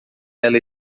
ela